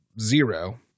zero